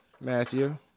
Matthew